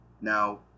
Now